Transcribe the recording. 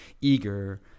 eager